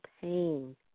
pain